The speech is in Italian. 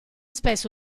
spesso